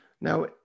Now